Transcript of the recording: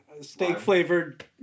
steak-flavored